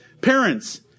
parents